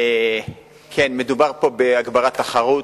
כן, מדובר כאן בהגברת תחרות,